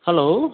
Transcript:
hello